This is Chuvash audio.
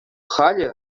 халӗ